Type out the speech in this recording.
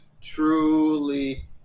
truly